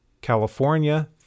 California